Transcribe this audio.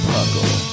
Puckle